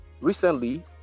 recently